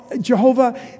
Jehovah